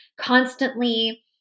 constantly